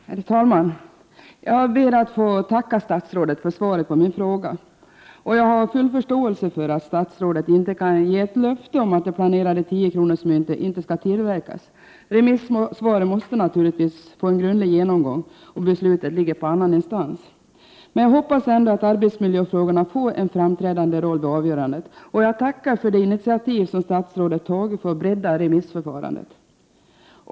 Herr talman! Jag ber att få tacka statsrådet för svaret på min fråga. Jag har full förståelse för att statsrådet inte kan ge ett löfte om att det planerade 10-kronorsmyntet inte skall tillverkas. Remissvaren måste naturligtvis få en grundlig genomgång, och beslutet ligger på annan instans. Jag hoppas ändå att arbetsmiljöfrågorna får en framträdande roll vid avgörandet, och jag tackar för det initiativ som statsrådet tagit för att bredda remissförfarandet.